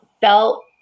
felt